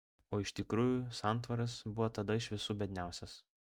o iš tikrųjų santvaras buvo tada iš visų biedniausias